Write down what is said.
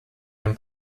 den